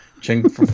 Ching